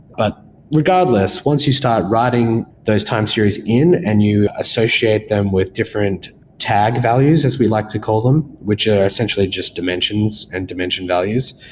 but regardless, once you start writing those time series in and you associate them with different tag values as we like to call them, which are essentially just dimensions and dimension values,